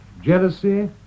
Jealousy